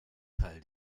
teil